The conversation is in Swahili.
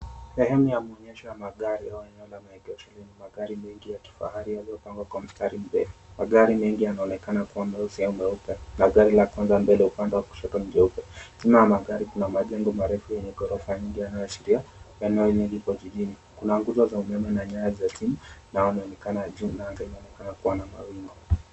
Sehemu ya maonyesho ya magari au eneo la maegesho lenye magari mengi ya kifahari, yaliyopangwa kwa mstari mrefu. Magari mengi yanaonekana kuwa meusi au meupe. Gari la kwanza mbele upande wa kushoto ni jeupe. Nyuma ya magari kuna majengo marefu yenye ghorofa nyingi yanayoashiria, eneo hili liko jijini. Kuna nguzo za umeme na nyaya za simu juu. Na anga iko na mawingu.